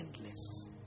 endless